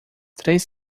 três